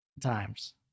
times